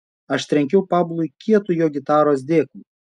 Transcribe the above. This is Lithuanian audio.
aš trenkiau pablui kietu jo gitaros dėklu